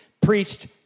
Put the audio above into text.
preached